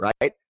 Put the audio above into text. right